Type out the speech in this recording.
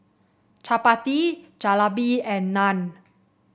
Chapati Jalebi and Naan